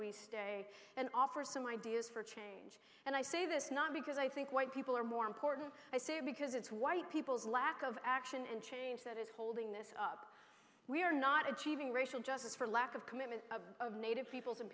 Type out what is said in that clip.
we stay and offer some ideas for change and i say this not because i think white people are more important i say because it's white people's lack of action and change that is holding this up we are not achieving racial justice for lack of commitment of native people